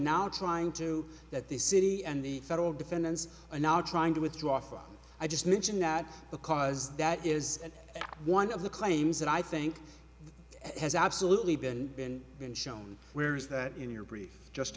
now trying to that the city and the federal defense are now trying to withdraw from i just mention that because that is one of the claims that i think has absolutely been been been shown where is that in your brief just